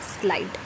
slide